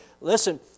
Listen